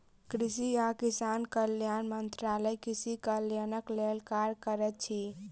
कृषि आ किसान कल्याण मंत्रालय कृषि कल्याणक लेल कार्य करैत अछि